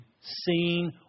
seen